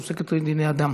שעוסקת בדיני אדם.